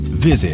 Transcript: Visit